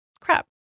crap